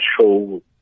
show